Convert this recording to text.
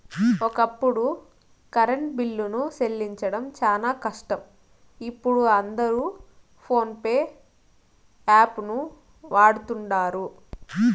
ఒకప్పుడు కరెంటు బిల్లులు సెల్లించడం శానా కష్టం, ఇపుడు అందరు పోన్పే యాపును వాడతండారు